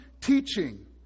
teaching